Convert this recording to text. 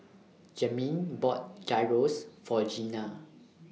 Jamin bought Gyros For Gina